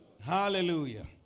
Hallelujah